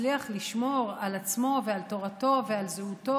שהצליח לשמור על עצמו ועל תורתו ועל זהותו